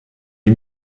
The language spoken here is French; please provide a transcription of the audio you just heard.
les